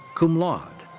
cum laude.